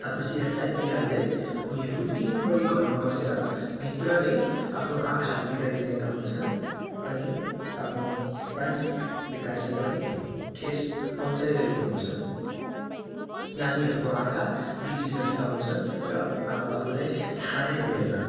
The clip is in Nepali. आफ्नो सेहद बिगार्दै उनीहरू दिनभरि घरमा बसेर भित्र नै आफ्नो आँखाहरू बिगारिरहेका हुन्छन् अनि आफ्नो मानसिक विकासलाई पनि ठेस पहुचाइरहेको हुन्छन् नानीहरूको आँखा बिग्रिसकेका हुन्छन् र आमा बाबुलाई थाहा नै हुँदैन